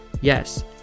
yes